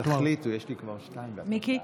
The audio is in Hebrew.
מיקי,